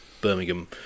Birmingham